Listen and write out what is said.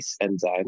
enzyme